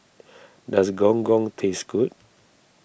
does Gong Gong taste good